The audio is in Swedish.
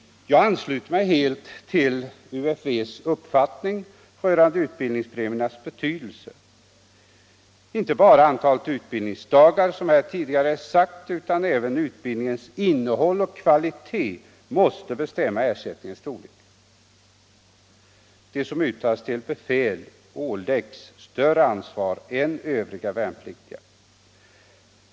Jag ansluter mig helt till UFV:s uppfattning rörande utbildningspremiernas betydelse. Inte bara antalet utbildningsdagar, som här tidigare nämnts, utan även utbildningens innehåll och kvalitet måste bestämma ersättningens storlek. De som uttas till befäl åläggs ett större ansvar än övriga värnpliktiga.